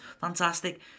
fantastic